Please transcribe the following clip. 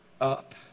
up